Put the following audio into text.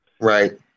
Right